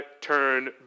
turn